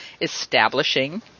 establishing